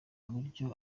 uburyo